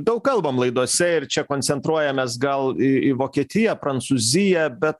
daug kalbam laidose ir čia koncentruojamės gal į į vokietiją prancūziją bet